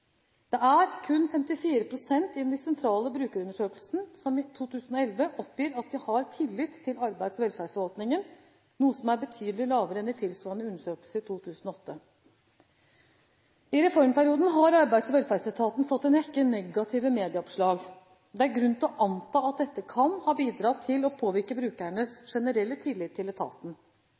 Det er kun 54 pst. i den sentrale brukerundersøkelsen som i 2011 oppgir at de har tillit til arbeids- og velferdsforvaltningen, noe som er betydelig lavere enn i tilsvarende undersøkelse i 2008. I reformperioden har Arbeids- og velferdsetaten fått en rekke negative medieoppslag. Det er grunn til å anta at dette kan ha bidratt til å påvirke brukernes generelle tillitt til etaten.